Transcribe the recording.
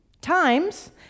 times